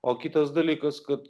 o kitas dalykas kad